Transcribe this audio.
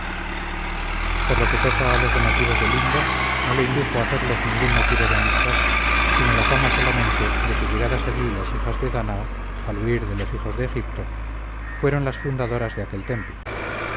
por lo que toca a los donativos de lindo no le indujo a hacerlos ningún motivo de amistad sino la fama solamente de que llegadas allí las hijas de danao al huir de los hijos de egipto fueron las fundadoras de aquel templo